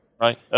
right